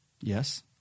Yes